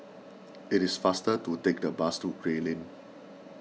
it is faster to take the bus to Gray Lane